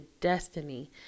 destiny